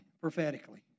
prophetically